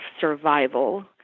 survival